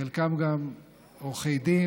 חלקם גם עורכי דין,